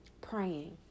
praying